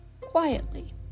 quietly